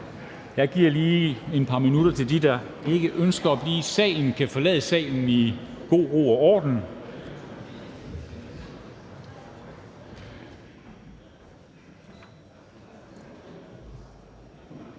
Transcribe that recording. Jeg giver lige et par minutter, så de, der ikke ønsker at blive i salen, kan forlade salen i god ro og orden.